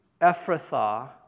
Ephrathah